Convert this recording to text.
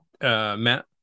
Matt